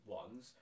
ones